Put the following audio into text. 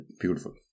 Beautiful